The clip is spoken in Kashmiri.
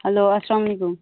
ہیٚلو اسلامُ علیکُم